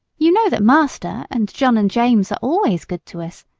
you know that master, and john and james are always good to us,